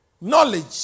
knowledge